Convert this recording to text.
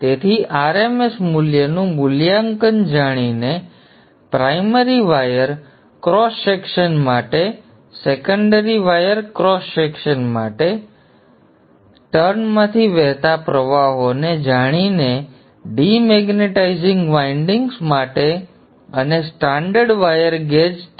તેથી R M S મૂલ્યનું મૂલ્યાંકન જાણીને પ્રાઇમરી વાયર ક્રોસ સેક્શન માટે સેકન્ડરી વાયર ક્રોસ સેક્શન માટે સેકન્ડરી વાયર ક્રોસ સેક્શન માટે ટર્નમાંથી વહેતા પ્રવાહોને જાણીને ડિમેગ્નેટાઇઝિંગ વાઇન્ડિંગ્સ માટે અને સ્ટાન્ડર્ડ વાયર ગેજ કેબલમાંથી અને તમે પસંદ કરેલા વાયર માટે વાયર ગેજ પસંદ કરો